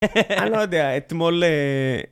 אני לא יודע, אתמול...